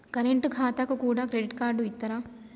Current ఖాతాకు కూడా credit card ఇత్తరా?